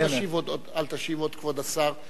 עוד אל תשיב, כבוד השר.